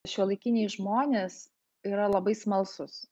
šiuolaikiniai žmonės yra labai smalsūs